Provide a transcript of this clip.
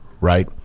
right